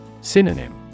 Synonym